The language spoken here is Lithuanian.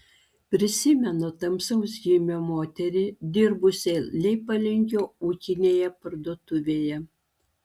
prisimenu tamsaus gymio moterį dirbusią leipalingio ūkinėje parduotuvėje